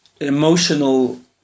emotional